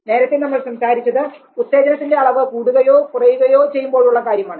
നേരത്തെ നമ്മൾ സംസാരിച്ചത് ഉത്തേജനത്തിന്റെ അളവ് കൂടുകയോ കുറയുകയോ ചെയ്യുമ്പോഴുള്ള കാര്യമാണ്